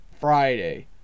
Friday